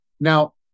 Now